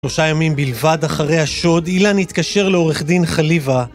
שלושה ימים בלבד אחרי השוד, אילן התקשר לעורך דין חליבה.